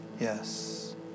Yes